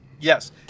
Yes